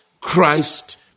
Christ